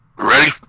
ready